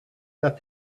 that